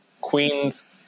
Queen's